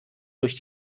durch